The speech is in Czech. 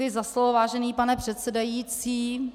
Děkuji za slovo, vážený pane předsedající.